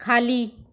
खाली